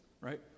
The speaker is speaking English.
right